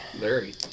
Larry